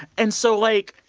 and so, like,